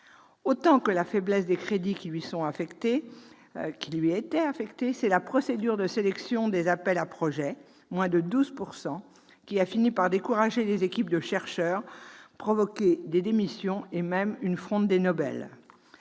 Autant que la faiblesse des crédits qui lui étaient affectés, c'est la procédure de sélection des appels à projets-moins de 12 % d'entre eux étaient retenus -qui a fini de décourager les équipes de chercheurs et provoqué des démissions, et même une fronde des prix Nobel.